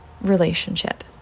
relationship